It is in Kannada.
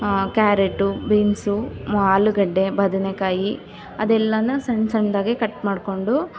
ಕ್ಯಾರೆಟು ಬೀನ್ಸು ಆಲೂಗಡ್ಡೆ ಬದನೇಕಾಯಿ ಅದೆಲ್ಲನೂ ಸಣ್ಣ ಸಣ್ಣದಾಗೆ ಕಟ್ ಮಾಡಿಕೊಂಡು